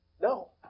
No